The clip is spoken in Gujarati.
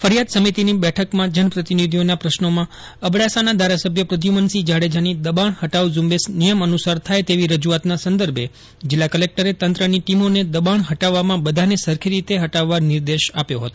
ફરિયાદ સમિતિની બેઠકયાં જનપ્રતિનિધિઓના પ્રશ્રોમાં અબડાસાના ધારાસભ્ય પ્રદ્યુમનસિંહ જાડેજાની દબાષ્ટા હટાવ ઝુંબેશ નિયયઅનુસાર થાય તેવી રજૂઆતના સંદર્ભે જિલ્લા કલેકટરે તંત્રની ટીમોને દબાષ્ટા હટાવવામાં બધાને સરષ્ટી રીતે હટાવવા નિર્દેશ આપ્યો હતો